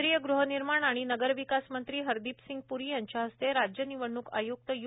केंद्रीय गुहनिर्माण आणि नगरविकासमंत्री हरदीप सिंग पूरी यांच्या हस्ते राज्य निवडणूक आयुक्त यू